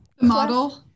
model